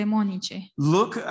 Look